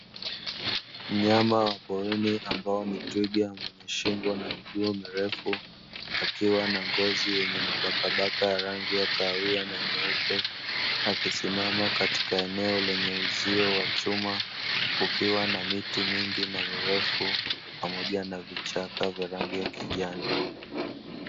Mnyama wa porini ambaye ni twiga mrefu na miguu mirefu, akiwa na ngozi ya mabaka mabaka meupe akisimama katika eneo lenye uzio wa chuma lenye miti mingi mirefu pamoja na vichaka vyenye rangi ya kijani.